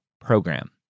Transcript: program